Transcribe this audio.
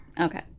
Okay